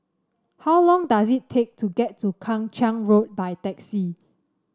how long does it take to get to Kang Ching Road by taxi